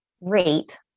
Rate